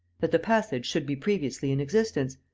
that the passage should be previously in existence,